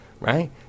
Right